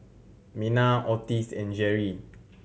Mena Ottis and Jeri